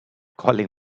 calling